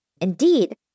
Indeed